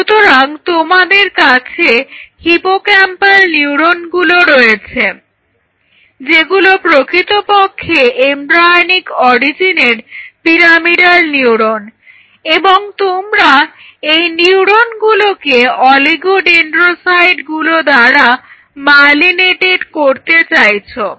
সুতরাং তোমাদের কাছে হিপোক্যাম্পাল নিউরনগুলো রয়েছে যেগুলো প্রকৃতপক্ষে এমব্রায়োনিক অরিজিনের পিরামিডাল নিউরন এবং তোমরা এই নিউরনগুলোকে অলিগো ডেন্ড্রোসাইটগুলো দ্বারা মায়েলিনেটেড করতে চাইছো